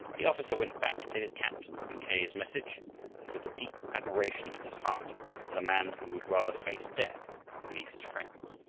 the officer went back to his captain with mackay's message and with a deep admiration in his heart for the man who would rather face death than leave his friends.